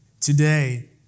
today